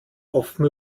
offen